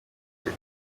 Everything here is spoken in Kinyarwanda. umwe